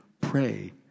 Pray